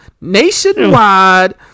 nationwide